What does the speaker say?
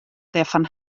derfan